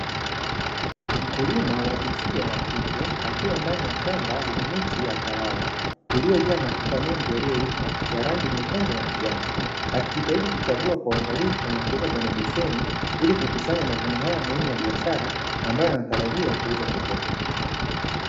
Mkulima wa jinsia ya kike, akiwa ndani ya shamba lenye miti ya kahawa, iliyojaa matunda mengi yaliyoiva ya rangi nyekundu na kijani, akijitahidi kuchagua kwa uangalifu na kuweka kwenye beseni, ili kukusanya mavuno haya muhimu ya biashara ambayo yanatarajiwa kuuzwa sokoni.